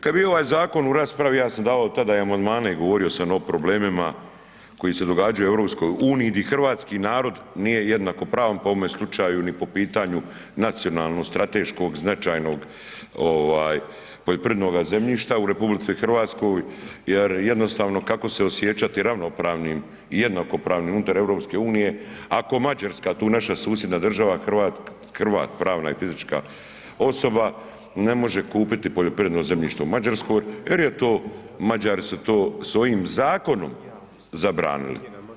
Kad je bio ovaj zakon u raspravi ja sam davao tada i amandmane i govorio sam o problemima koji se događaju u EU di hrvatski narod nije jednakopravan pa u ovome slučaju ni po pitanju nacionalno strateškog značajnog ovaj poljoprivrednoga zemljišta u RH jer jednostavno kako se osjećati ravnopravnim i jednakopravnim unutar EU ako Mađarska tu naša susjedna država, Hrvat pravna i fizička osoba ne može kupiti poljoprivredno zemljište u Mađarskoj jer je to Mađari su to svojim zakonom zabranili.